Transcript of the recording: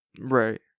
right